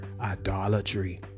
idolatry